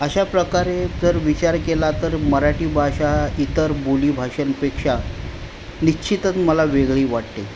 अशा प्रकारे जर विचार केला तर मराठी भाषा इतर बोलीभाषांपेक्षा निश्चितच मला वेगळी वाटते